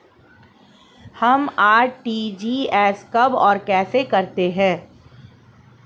हम आर.टी.जी.एस कब और कैसे करते हैं?